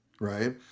right